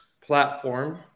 platform